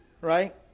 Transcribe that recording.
Right